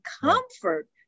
comfort